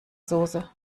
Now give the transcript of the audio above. soße